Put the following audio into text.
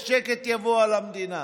ושקט יבוא אל המדינה.